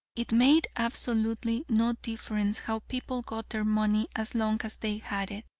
it made absolutely no difference how people got their money as long as they had it.